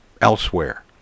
elsewhere